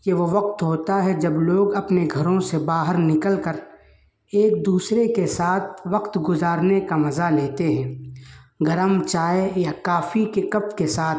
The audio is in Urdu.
یہ وہ وقت ہوتا ہے جب لوگ اپنے گھروں سے باہر نکل کر ایک دوسرے کے ساتھ وقت گزارنے کا مزہ لیتے ہیں گرم چائے یا کافی کے کپ کے ساتھ